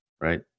right